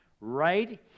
right